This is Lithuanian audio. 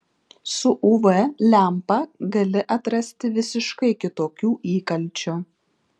su uv lempa gali atrasti visiškai kitokių įkalčių